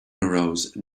arouse